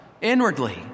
inwardly